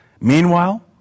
Meanwhile